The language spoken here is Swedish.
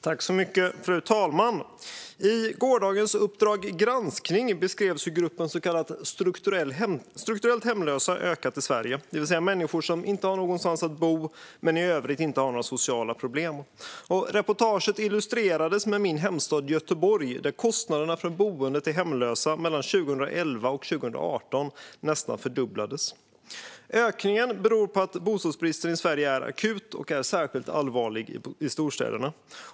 Fru talman! I gårdagens Uppdrag granskning beskrevs hur den grupp som kallas strukturellt hemlösa ökat i Sverige. Det är fråga om människor som inte har någonstans att bo men som i övrigt inte har några sociala problem. Reportaget illustrerades med min hemstad Göteborg, där kostnaderna för boenden för hemlösa nästan fördubblades mellan 2011 och 2018. Ökningen beror på att bostadsbristen i Sverige är akut och är särskilt allvarlig i storstäderna.